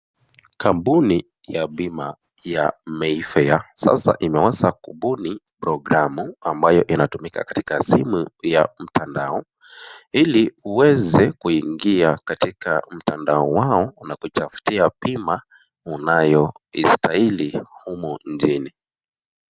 Kampuni ya bima ya Mayfair sasa imweza kubuni programu ambayo inatumika katika simu ya mtandao ili uweze kuingia katika mtandao wao na kutafutia bima unayoistahili humu nchini.